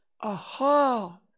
Aha